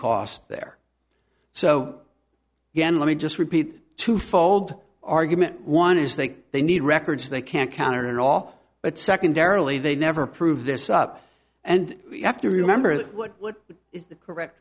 cost there so again let me just repeat two fold argument one is that they need records they can't counter at all but secondarily they never prove this up and you have to remember that what is the correct